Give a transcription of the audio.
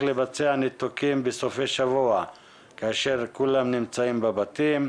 לבצע ניתוקים בסופי שבוע כאשר כולם נמצאים בבתים.